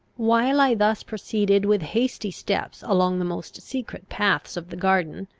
while i thus proceeded with hasty steps along the most secret paths of the garden,